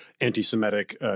anti-Semitic